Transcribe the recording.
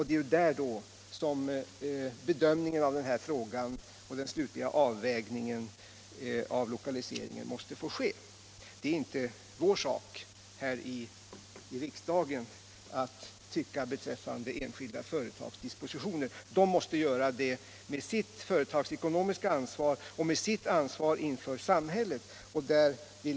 Det är där som bedömningen av denna fråga och den slutliga avvägningen av lokaliseringen måste göras. Det är inte vår sak här i riksdagen att tycka beträffande enskilda företags dispositioner — det måste de göra som har det företagsekonomiska ansvaret och ansvar inför samhället.